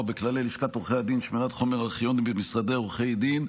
בכללי לשכת עורכי הדין (שמירת חומר ארכיוני במשרדי עורכי דין),